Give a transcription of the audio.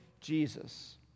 Jesus